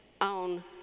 on